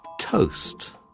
toast